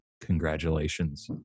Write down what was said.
Congratulations